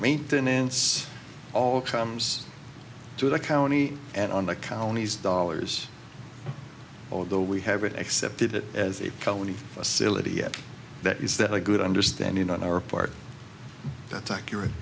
maintenance all comes to the county and on the county's dollars although we haven't accepted it as a county facility yet that is that a good understanding on our part that's accurate